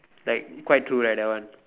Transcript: like quite true right that one